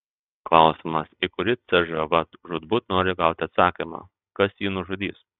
klausimas į kurį cžv žūtbūt nori gauti atsakymą kas jį nužudys